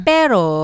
Pero